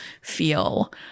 feel